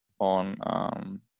on